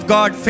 God